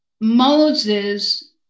Moses